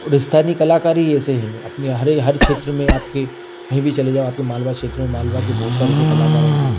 रिस्ता नी कलाकारी ऐसे हैं अपने हरे हर क्षेत्र में आपके कहीं भी चले जाओ आपके मालवा क्षेत्र में मालवा के बहुत सारे ऐसे कलाकार होंगे